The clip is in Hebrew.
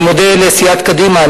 אני מודה לסיעת קדימה,